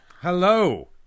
Hello